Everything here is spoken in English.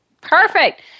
Perfect